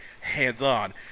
hands-on